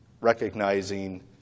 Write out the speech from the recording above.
recognizing